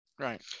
Right